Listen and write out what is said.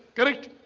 correct?